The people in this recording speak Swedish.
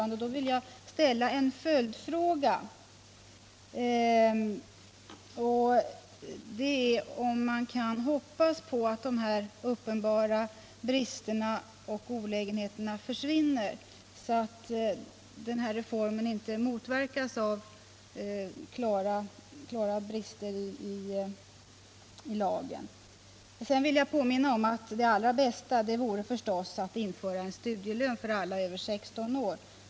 Då vill jag ställa en följdfråga: Kan man hoppas att de uppenbara bristerna och olägenheterna försvinner, så att reformen inte motverkas av klara brister i lagen? Det allra bästa vore förstås att införa studielön för alla studerande över 16 år.